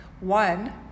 One